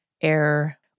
air